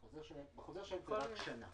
בחוזר שלהם זאת שנה.